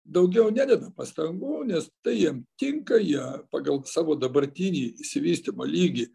daugiau nededa pastangų nes tai jiem tinka jie pagal savo dabartinį išsivystymo lygį